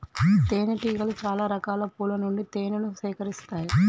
తేనె టీగలు చాల రకాల పూల నుండి తేనెను సేకరిస్తాయి